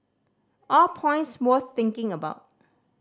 all points worth thinking about